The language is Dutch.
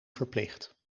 verplicht